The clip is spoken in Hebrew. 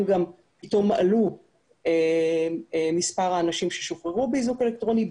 פתאום עלה מספר האנשים ששוחררו באיזוק אלקטרוני.